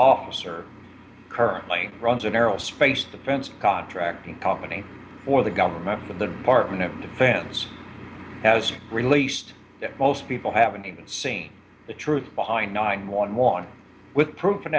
officer currently runs an aerospace defense contracting company for the government the department of defense has released that most people haven't even seen the truth behind nine one one with pro